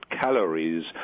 calories